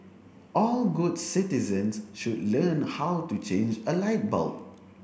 all good citizens should learn how to change a light bulb